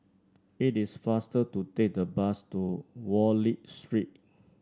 it is faster to take the bus to Wallich Street